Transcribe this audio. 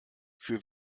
für